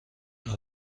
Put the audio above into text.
آیا